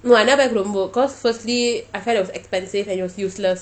no I never buy chrome book cause firstly I kind of expensive and it was useless